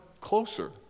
closer